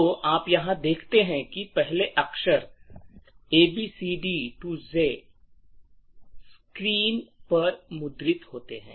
तो आप यहां देखते हैं कि पहले अक्षर एबीसीडी टू जे स्क्रीन पर मुद्रित होते हैं